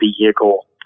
vehicle